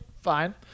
fine